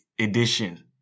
Edition